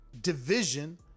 division